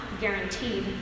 guaranteed